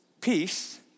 peace